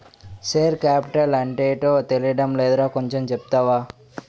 Share capital అంటేటో తెలీడం లేదురా కొంచెం చెప్తావా?